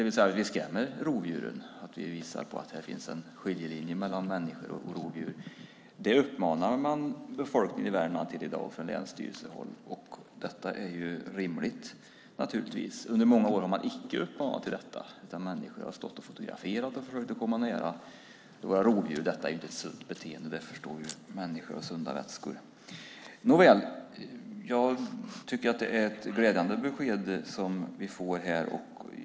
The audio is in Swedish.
Vi ska alltså skrämma rovdjuren, och vi ska se till att det finns en skiljelinje mellan människor och rovdjur. Från länsstyrelsehåll uppmanar man befolkningen i Värmland till detta i dag, och det är naturligtvis rimligt. Under många år har man icke uppmanat till detta, utan människor har stått och fotograferat och försökt komma nära våra rovdjur. Detta är inte ett sunt beteende - det förstår ju människor vid sunda vätskor. Nåväl. Jag tycker att det är ett glädjande besked som vi får här.